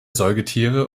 säugetiere